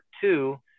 two